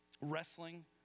wrestling